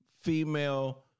female